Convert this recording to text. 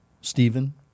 Stephen